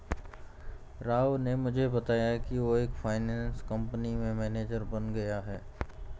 राव ने मुझे बताया कि वो एक फाइनेंस कंपनी में मैनेजर बन गया है